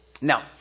Now